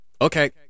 okay